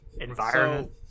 environment